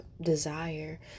desire